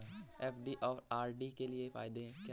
FD और RD के क्या फायदे हैं?